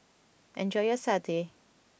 enjoy your Satay